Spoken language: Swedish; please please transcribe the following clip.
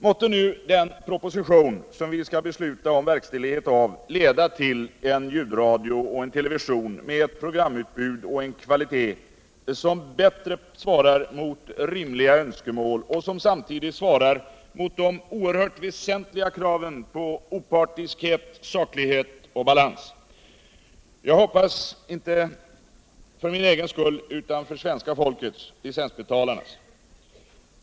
Måtte nu den proposition vi skall besluta om verkställighet av leda till en ljudradio och en television med ett programutbud och en kvalitet som bättre svarar mot rimliga önskemål och som samtidigt svarar mot de oerhört väsentliga kraven på opartiskhet, saklighet och balans. Jag hoppas inte för min egen skull utan för svenska folkets, licensbetalarnas.